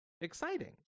exciting